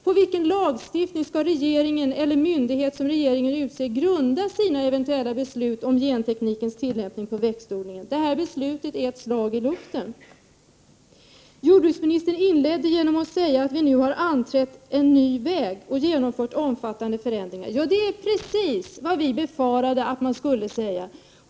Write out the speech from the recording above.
På vilken lagstiftning skall regeringen eller myndighet som regeringen utser grunda sina eventuella beslut om genteknikens tillämpning på växtodlingen? Detta beslut är ett slag i luften. Jordbruksministern inledde med att säga att vi nu har anträtt en ny väg och genomfört omfattande förändringar. Det är precis vad vi befarade att man skulle säga.